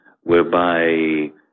whereby